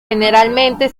generalmente